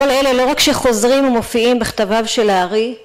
כל אלה לא רק שחוזרים ומופיעים בכתביו של הארי